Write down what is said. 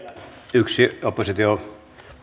yksi opposition